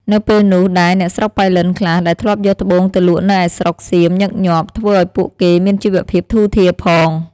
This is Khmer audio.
នៅពេលនោះដែរអ្នកស្រុកប៉ៃលិនខ្លះ ដែលធ្លាប់យកត្បូងទៅលក់នៅឯស្រុកសៀមញឹកញាប់ ធ្វើឲ្យពួកគេមានជីវភាពធូរធារផង។